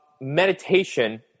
meditation